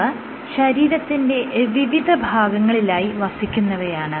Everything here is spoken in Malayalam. ഇവ ശരീരത്തിന്റെ വിവിധ ഭാഗങ്ങളിലായി വസിക്കുന്നവയാണ്